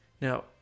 now